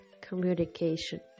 communication